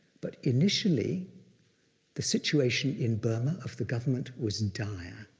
but initially the situation in burma of the government was dire.